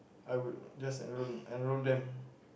I would just enroll enroll them